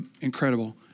incredible